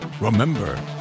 Remember